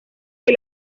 que